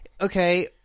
Okay